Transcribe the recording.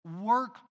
work